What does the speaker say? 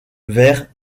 vers